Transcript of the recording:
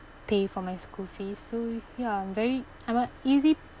pay for my school fees so ya I'm very I'm a easy